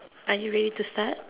are you ready to start